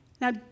Now